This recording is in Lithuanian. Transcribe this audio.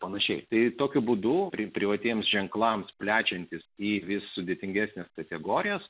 panašiai bei tokiu būdų priviliotiems ženklams plečiantis į vis sudėtingesnes kategorijas